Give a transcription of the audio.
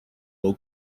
low